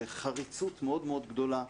חריצות מאוד מאוד גדולה,